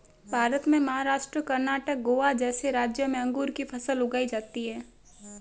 भारत में महाराष्ट्र, कर्णाटक, गोवा जैसे राज्यों में अंगूर की फसल उगाई जाती हैं